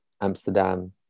amsterdam